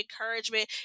encouragement